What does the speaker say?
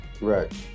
right